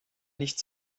nicht